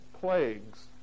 plagues